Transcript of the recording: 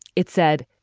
it said,